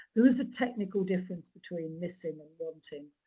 there is a technical difference between missing and wanting.